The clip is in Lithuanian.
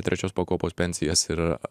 trečios pakopos pensijas ir